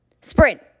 sprint